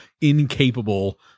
incapable